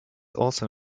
also